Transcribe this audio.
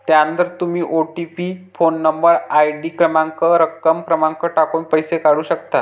त्यानंतर तुम्ही OTP phone number, ID क्रमांक आणि रक्कम क्रमांक टाकून पैसे काढू शकता